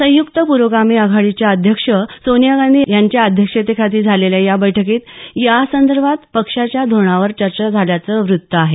संयुक्त प्रोगामी आघाडीच्या अध्यक्ष सोनिया गांधी यांच्या अध्यक्षतेखाली झालेल्या या बैठकीत यासंदर्भात पक्षाच्या धोरणावर चर्चा झाल्याचं वृत्त आहे